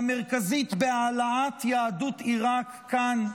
והמרכזית בהעלאת יהדות עיראק לכאן,